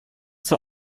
zur